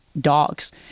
dogs